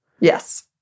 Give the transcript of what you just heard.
Yes